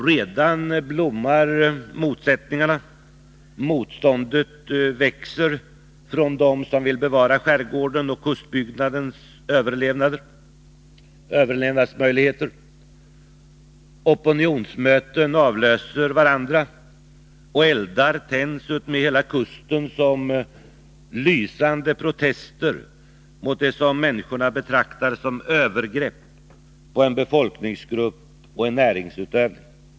Redan blommar motsättningarna, och motståndet växer från dem som vill bevara skärgården och kustbygdens överlevnadsmöjligheter. Opinionsmöten avlöser varandra, och eldar tänds utmed hela kusten som lysande protester mot det som människorna betraktar som övergrepp på en befolkningsgrupp och en näringsutövning.